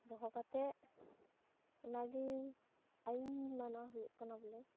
ᱫᱚᱦᱚ ᱠᱟᱛᱮᱫ ᱚᱱᱟ ᱜᱮ ᱟᱹᱭᱤᱱ ᱢᱟᱱᱟᱣ ᱦᱩᱭᱩᱜ ᱠᱟᱱᱟ ᱵᱚᱞᱮ